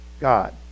God